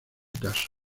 caso